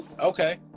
Okay